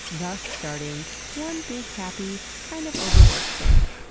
thus starting one big, happy, kind of overworked family.